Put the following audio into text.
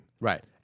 Right